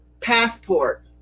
passport